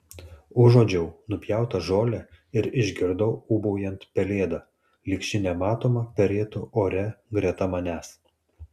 užuodžiau nupjautą žolę ir išgirdau ūbaujant pelėdą lyg ši nematoma perėtų ore greta manęs